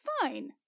fine